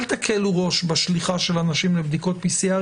אל תקלו ראש בשליחה של אנשים לבדיקות PCR,